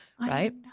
right